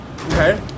Okay